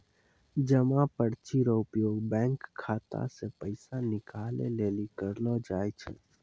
जमा पर्ची रो उपयोग बैंक खाता से पैसा निकाले लेली करलो जाय छै